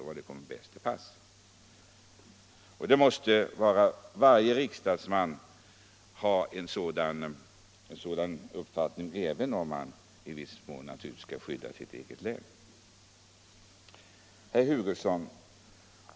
Varje riksdagsledamot måste ha ett sådant ansvar, även om han naturligtvis i viss mån skall skydda sitt eget län. Herr Hugosson!